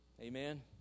Amen